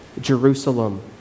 Jerusalem